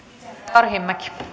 arvoisa